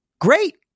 great